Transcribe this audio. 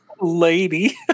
Lady